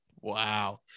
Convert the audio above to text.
wow